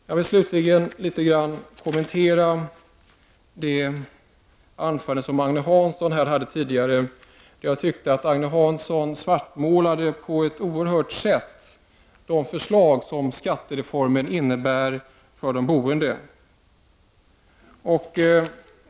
Jag vill slutligen något kommentera Agne Hanssons anförande. Jag tycker att Agne Hansson i sitt anförande på ett oerhört sätt svartmålade de förslag som skattereformen innebär för de boende.